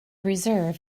reserve